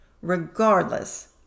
regardless